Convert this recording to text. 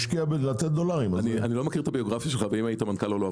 אני לא מכיר את הביוגרפיה שלך ואם היית מנכ"ל או לא,